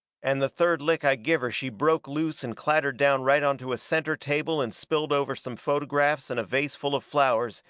and the third lick i give her she broke loose and clattered down right onto a centre table and spilled over some photographs and a vase full of flowers,